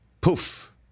poof